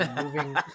moving